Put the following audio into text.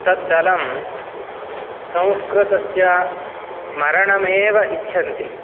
तद्दलं संस्कृतस्य मरणमेव इच्छन्ति